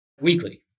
Weekly